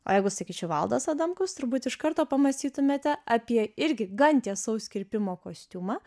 o jeigu sakyčiau valdas adamkus turbūt iš karto pamąstytumėte apie irgi gan tiesaus kirpimo kostiumą